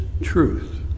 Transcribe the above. truth